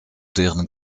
deren